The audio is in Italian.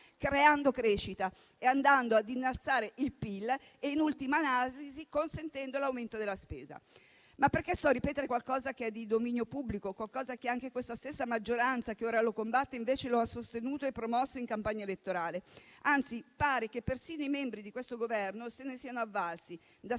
creando crescita, andando ad innalzare il PIL e, in ultima analisi, consentendo l'aumento della spesa. Ma perché sto a ripetere qualcosa che è di dominio pubblico, qualcosa che anche questa stessa maggioranza, che ora lo combatte, invece ha sostenuto e promosso in campagna elettorale? Pare che persino i membri di questo Governo se ne siano avvalsi: